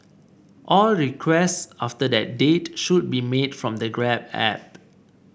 all requests after that date should be made from the grab app